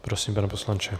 Prosím, pane poslanče.